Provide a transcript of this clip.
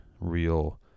real